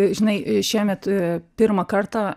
žinai šiemet pirmą kartą